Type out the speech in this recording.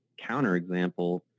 counterexample